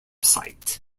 site